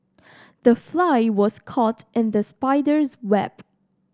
the fly was caught in the spider's web